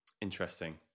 Interesting